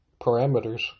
parameters